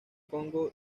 congo